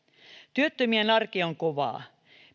työttömien arki on kovaa